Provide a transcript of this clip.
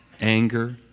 anger